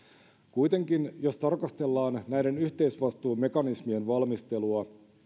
kuitenkin jos tarkastellaan näiden yhteisvastuumekanismien valmistelua